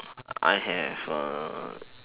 I have a